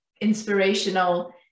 inspirational